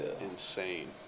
insane